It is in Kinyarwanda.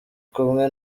kumwe